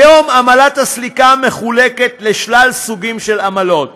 כיום עמלת הסליקה מחולקת לשלל סוגים של עמלות.